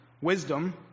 wisdom